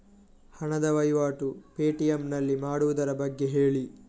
ಹಣದ ವಹಿವಾಟು ಪೇ.ಟಿ.ಎಂ ನಲ್ಲಿ ಮಾಡುವುದರ ಬಗ್ಗೆ ಹೇಳಿ